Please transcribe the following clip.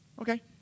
Okay